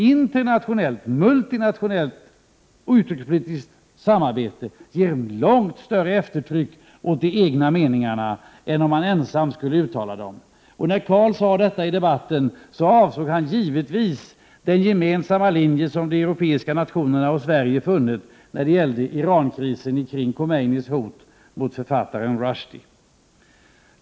Internationellt, multilateralt och utrikespolitiskt samarbete ger nämligen långt större eftertryck åt de egna meningarna än om man ensam uttalar dem. När Carl Bildt gjorde sitt uttalande i den utrikespolitiska debatten avsåg han givetvis den gemensamma linje som de europeiska nationerna och Sverige funnit när det gäller Irankrisen kring Khomeinis hot mot författaren Rushdie.